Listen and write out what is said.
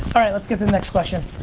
all right, let's get to the next question.